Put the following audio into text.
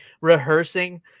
rehearsing